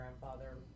grandfather